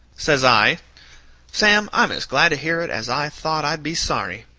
says i sam, i'm as glad to hear it as i thought i'd be sorry.